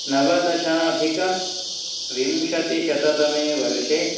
नवदशाधिकविंशतिशततमे वर्षे